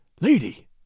Lady